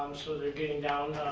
so, they're getting down